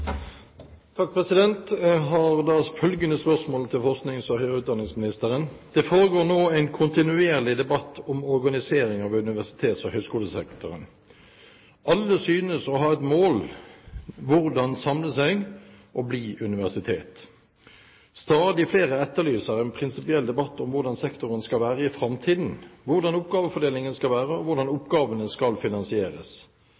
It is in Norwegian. foregår nå en kontinuerlig debatt om organisering av universitets- og høyskolesektoren. Alle synes å ha ett mål: hvordan samle seg og bli universitet. Stadig flere etterlyser en prinsipiell debatt om hvordan sektoren skal være i fremtiden, hvordan oppgavefordelingen skal være, og hvordan